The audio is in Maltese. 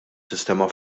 sistema